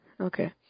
Okay